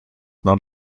not